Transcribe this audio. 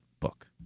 book